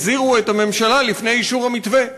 הזהרתם את הממשלה לפני אישור המתווה.